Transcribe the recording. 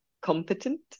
competent